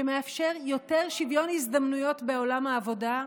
שמאפשר יותר שוויון הזדמנויות בעולם העבודה,